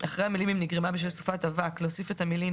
אחרי המילים "אם נגרמה בשל סופת אבק" להוסיף את המילים